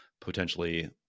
potentially